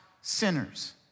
sinners